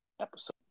episode